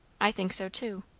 i think so too.